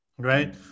Right